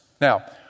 Now